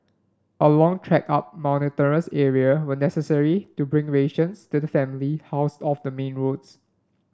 a long trek up mountainous area were necessary to bring rations to the family housed off the main roads